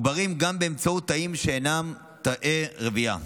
עוברים גם באמצעות תאים שאינם תאי רבייה.